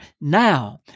Now